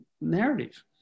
narrative